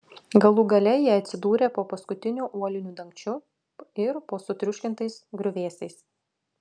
galų gale jie atsidūrė po paskutiniu uoliniu dangčiu ir po sutriuškintais griuvėsiais